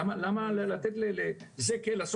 למה לתת לזה כן ולזה לא?